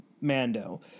Mando